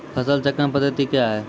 फसल चक्रण पद्धति क्या हैं?